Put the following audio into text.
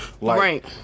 Right